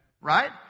right